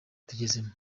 tugezemo